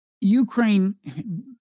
ukraine